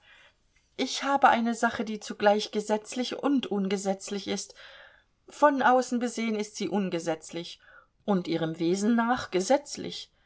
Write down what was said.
ich habe eine sache die zugleich gesetzlich und ungesetzlich ist von außen besehen ist sie ungesetzlich und ihrem wesen nach